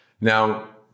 Now